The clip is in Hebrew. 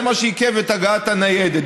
זה מה שעיכב את הגעת הניידת.